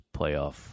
playoff